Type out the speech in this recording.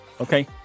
Okay